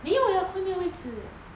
没有亚坤没有位子:mei you ya kun mei you wei zi